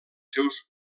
seus